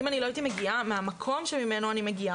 אם אני לא הייתי מגיעה ממקום שממנו אני מגיעה,